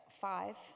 five